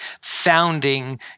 founding